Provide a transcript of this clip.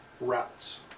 routes